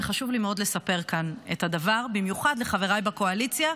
וחשוב לי מאוד לספר כאן את הדבר במיוחד לחבריי בקואליציה,